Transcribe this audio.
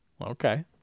Okay